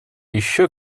еще